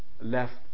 left